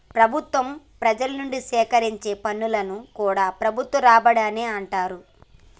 ప్రభుత్వం ప్రజల నుంచి సేకరించే పన్నులను కూడా ప్రభుత్వ రాబడి అనే అంటరు